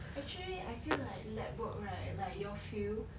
actually I feel like lab work right like your field